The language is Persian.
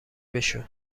بشو